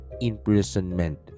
imprisonment